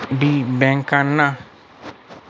बी ब्यांकना ॲपवरी यवहारना मिनी स्टेटमेंट करु शकतंस